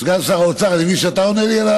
סגן שר האוצר, אני מבין שאתה עונה לי?